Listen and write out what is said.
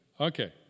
Okay